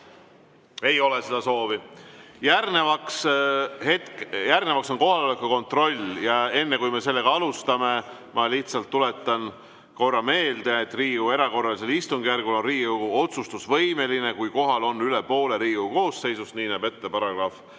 Ei ole seda soovi. Järgnevaks on kohaloleku kontroll. Enne, kui me sellega alustame, ma lihtsalt tuletan korra meelde, et Riigikogu erakorralisel istungjärgul on Riigikogu otsustusvõimeline, kui kohal on üle poole Riigikogu koosseisust. Nii näeb ette § 76.